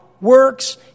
works